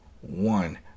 one